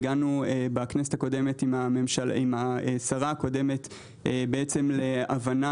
בכנסת הקודמת עם השרה הקודמת הגענו להבנה